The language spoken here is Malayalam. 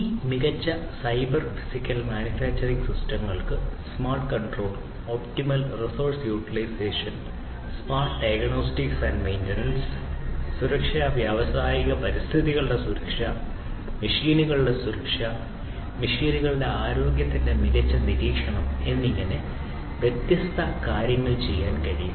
ഈ മികച്ച സൈബർ ഫിസിക്കൽ ഫിസിക്കൽ മാനുഫാക്ചറിംഗ് സിസ്റ്റങ്ങൾക്ക് smart control optimal resource utilization smart diagnostics and maintenance സുരക്ഷ വ്യാവസായിക പരിസ്ഥിതിയുടെ സുരക്ഷ ഈ മെഷീനുകളുടെ സുരക്ഷ ഈ മെഷീനുകളുടെ ആരോഗ്യത്തിന്റെ മികച്ച നിരീക്ഷണം എന്നിങ്ങനെ വ്യത്യസ്ത കാര്യങ്ങൾ ചെയ്യാൻ കഴിയും